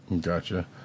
Gotcha